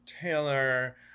taylor